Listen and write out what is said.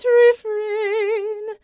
refrain